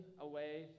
away